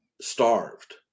starved